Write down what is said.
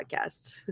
podcast